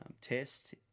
test